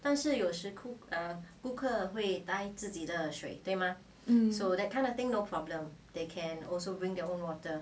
hmm